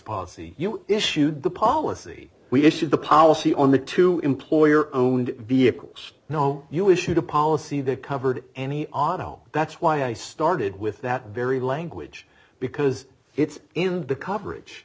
policy you issued the policy we issued the policy on the two employer owned vehicles now you issued a policy that covered any auto that's why i started with that very language because it's in the coverage